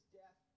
death